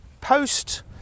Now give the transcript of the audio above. post